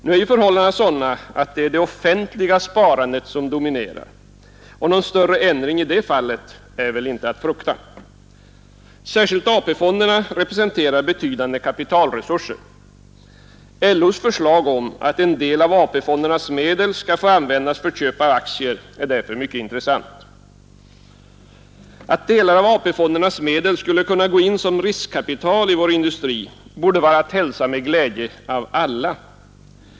Nu är förhållandena sådana, att det är det offentliga sparandet som dominerar, och någon större ändring i det hänseendet är väl inte att frukta. Särskilt AP-fonderna representerar betydande kapitalresurser. LO:s förslag om att en del av AP-fondernas medel skall få användas för köp av aktier är därför mycket intressant. Att delar av AP-fondernas medel skulle kunna gå in som riskkapital i vår industri borde vara att hälsa med glädje av alla.